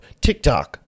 TikTok